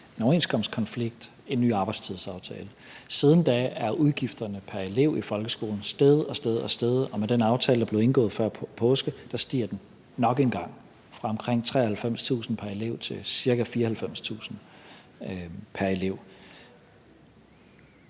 en overenskomstkonflikt, en ny arbejdstidsaftale. Siden da er udgifterne pr. elev i folkeskolen steget og steget, og med den aftale, der blev indgået før påske, stiger den nok en gang. Den stiger fra omkring 93.000 kr. pr. elev til ca. 94.000 kr. pr. elev.